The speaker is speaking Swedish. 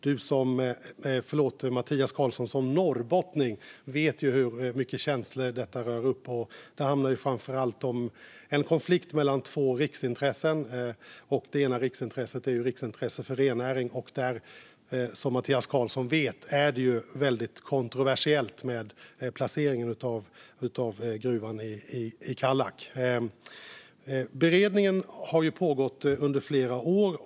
Mattias Karlsson vet också som norrbottning hur mycket känslor detta rör upp. Det handlar framför allt om en konflikt mellan två riksintressen. Det ena riksintresset är rennäringen. Som Mattias Karlsson vet är placeringen av gruvan i Kallak kontroversiell. Beredningen har pågått under flera år.